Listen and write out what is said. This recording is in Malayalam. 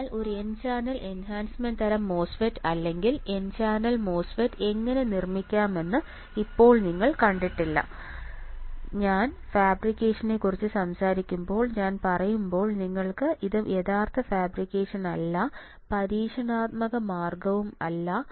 അതിനാൽ ഒരു N ചാനൽ എൻഹാൻസ്മെൻറ് തരം മോസ്ഫെറ്റ് അല്ലെങ്കിൽ എൻ ചാനൽ മോസ്ഫെറ്റ് എങ്ങനെ നിർമ്മിക്കാമെന്ന് ഇപ്പോൾ നിങ്ങൾ കണ്ടിട്ടില്ല ഞാൻ ഫാബ്രിക്കേഷനെക്കുറിച്ച് സംസാരിക്കുമ്പോൾ ഞാൻ പറയുമ്പോൾ നിങ്ങൾക്കറിയാം ഇത് യഥാർത്ഥ ഫാബ്രിക്കേഷൻ അല്ല പരീക്ഷണാത്മക മാർഗ്ഗവും അല്ല